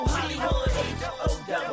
Hollywood